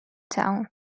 town